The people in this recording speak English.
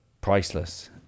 priceless